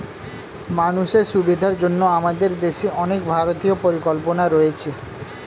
মানুষের সুবিধার জন্য আমাদের দেশে অনেক ভারতীয় পরিকল্পনা রয়েছে